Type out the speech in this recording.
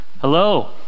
Hello